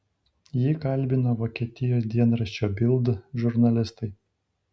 jį kalbino vokietijos dienraščio bild žurnalistai